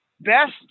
best